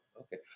okay